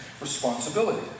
responsibility